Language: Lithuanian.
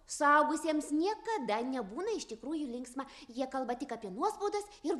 suaugusiems niekada nebūna iš tikrųjų linksma jie kalba tik apie nuoskaudas ir